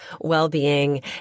well-being